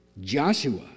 Joshua